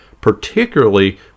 particularly